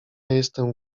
jestem